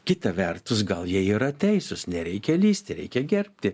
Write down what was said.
kita vertus gal jie yra teisūs nereikia lįsti reikia gerbti